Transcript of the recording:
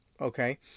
Okay